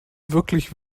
wirklich